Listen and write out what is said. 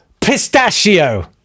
Pistachio